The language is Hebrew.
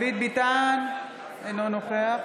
ביטן, אינו נוכח